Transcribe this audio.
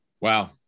Wow